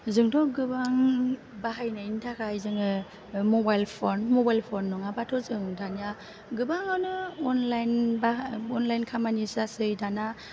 जोंथ' गोबां बाहायनायनि थाखाय जोङो मबाइल फन मबाइल फन नङाबाथ' जों दानिया गोबाङानो अनलाइन बा अनलाइन खामानि जासै दाना